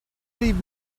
leave